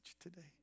today